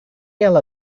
ela